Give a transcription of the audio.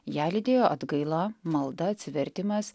ją lydėjo atgaila malda atsivertimas